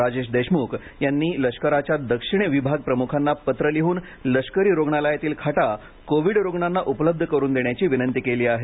राजेश देशमुख यांनी लष्कराच्या दक्षिण विभाग प्रमुखांना पत्र लिहून लष्करी रुग्णालयातील खाटा कोविड रुग्णांना उपलब्ध करून देण्याची विनंती केली आहे